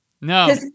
no